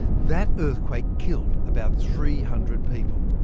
that earthquake killed about three hundred people.